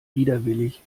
widerwillig